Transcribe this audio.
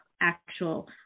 actual